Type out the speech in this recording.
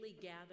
gather